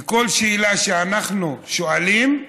וכל שאלה שאנחנו שואלים,